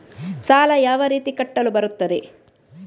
ಸಾಲ ಯಾವ ರೀತಿ ಕಟ್ಟಲು ಬರುತ್ತದೆ?